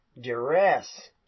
duress